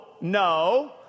no